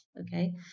Okay